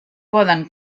poden